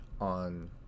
on